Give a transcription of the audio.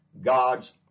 God's